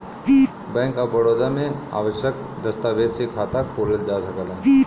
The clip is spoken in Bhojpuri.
बैंक ऑफ बड़ौदा में आवश्यक दस्तावेज से खाता खोलल जा सकला